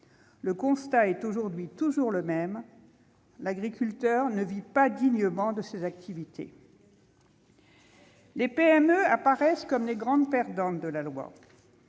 Le constat est toujours le même : l'agriculteur ne vit pas dignement de ses activités. Les PME apparaissent comme les grandes perdantes de la loi.